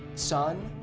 son,